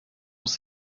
muss